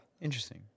Interesting